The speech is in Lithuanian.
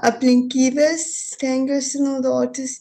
aplinkybės stengiuosi naudotis